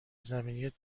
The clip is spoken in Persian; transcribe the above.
زمینی